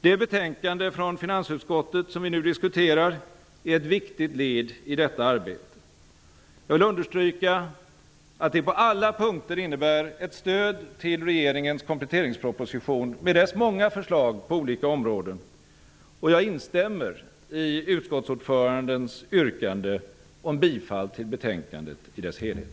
Det betänkande från finansutskottet som vi nu diskuterar är ett viktigt led i detta arbete. Jag vill understryka att det på alla punkter innebär ett stöd till regeringens kompletteringsproposition med dess många förslag på olika områden, och jag instämmer i utskottsordförandens yrkande om bifall till utskottets emställan i dess helhet.